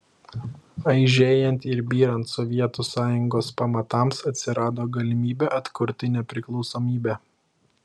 aižėjant ir byrant sovietų sąjungos pamatams atsirado galimybė atkurti nepriklausomybę